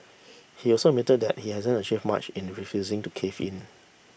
he also admitted that he hasn't achieved much in refusing to cave in